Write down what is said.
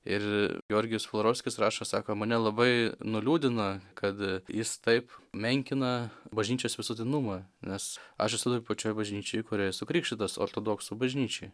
ir georgijus florovskis rašo sako mane labai nuliūdino kad jis taip menkina bažnyčios visuotinumą nes aš esu toj pačioj bažnyčioj kurioj esu krikštytas ortodoksų bažnyčioj